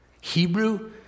Hebrew